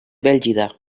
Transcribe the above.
bèlgida